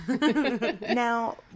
Now